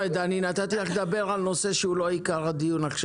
הנושא הוא לא עיקר הדיון.